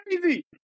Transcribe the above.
Crazy